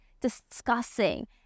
discussing